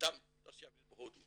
מטעם התעשייה אווירית בהודו